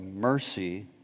mercy